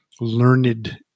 learned